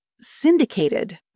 syndicated